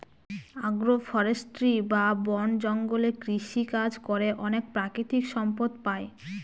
আগ্র ফরেষ্ট্রী বা বন জঙ্গলে কৃষিকাজ করে অনেক প্রাকৃতিক সম্পদ পাই